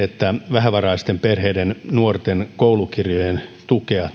vähävaraisten perheiden nuorten koulukirjoihin tullaan myöntämään tukea